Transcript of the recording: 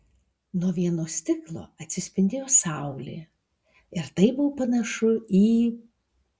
nuo vieno stiklo atsispindėjo saulė ir tai buvo panašu į